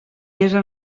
besa